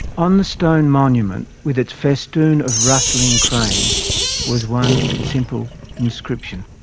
on the stone monument with its festoon of rustling cranes was one simple inscription